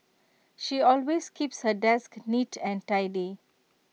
she always keeps her desk neat and tidy